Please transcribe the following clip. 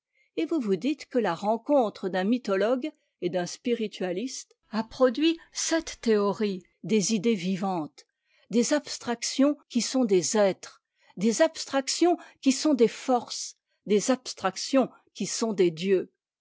et vous vous dites que la rencontre d'un mythologue et d'un spiritualiste a produit cette théorie des idées vivantes des abstractions qui sont des êtres des abstractions qui sont des forces des abstractions qui sont des dieux